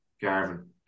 Garvin